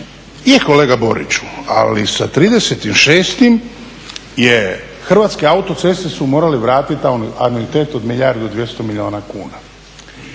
Je kolega Boriću, ali sa 30.6. Hrvatske autoceste su morali vratiti anuitet od milijardu i 200 milijuna kuna.